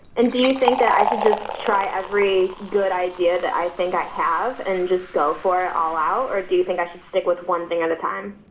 and do you think that i should just try every good idea that i think i have and just go for it all out, or do you think i should stick with one thing at a time?